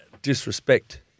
disrespect